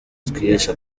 twiheshe